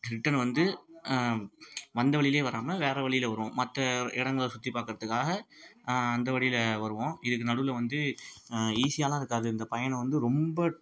return வந்து வந்த வழியிலே வராமல் வேறு வழில வருவோம் மற்ற இடங்கள சுற்றி பார்க்குறதுக்காக அந்த வழில வருவோம் இதுக்கு நடுவில் வந்து ஈஸியாவெலாம் இருக்காது இந்த பயணம் வந்து ரொம்ப